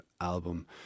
album